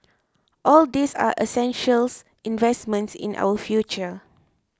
all these are essential investments in our future